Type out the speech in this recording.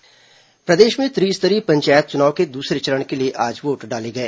पंचायत चुनाव प्रदेश में त्रिस्तरीय पंचायत चुनाव के दूसरे चरण के लिए आज वोट डाले गए